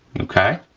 okay?